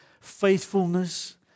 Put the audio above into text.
faithfulness